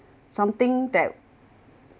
something that